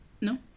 no